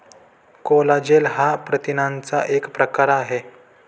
collagen हा प्रथिनांचा एक प्रकार आहे